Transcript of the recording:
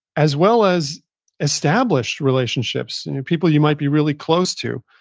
as well as established relationships, people you might be really close to.